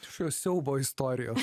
šio siaubo istorijos